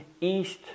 east